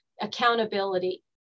accountability